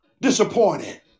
disappointed